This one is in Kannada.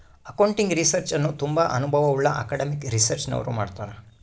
ಅಕೌಂಟಿಂಗ್ ರಿಸರ್ಚ್ ಅನ್ನು ತುಂಬಾ ಅನುಭವವುಳ್ಳ ಅಕಾಡೆಮಿಕ್ ರಿಸರ್ಚ್ನವರು ಮಾಡ್ತರ್